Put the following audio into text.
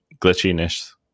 glitchiness